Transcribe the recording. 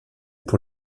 pour